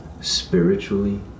spiritually